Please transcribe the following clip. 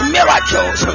miracles